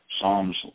Psalms